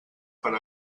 per